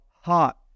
hot